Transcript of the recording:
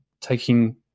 Taking